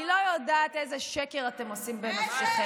אני לא יודעת איזה שקר אתם עושים בנפשכם,